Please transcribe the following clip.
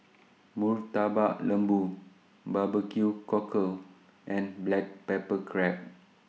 Murtabak Lembu Barbecue Cockle and Black Pepper Crab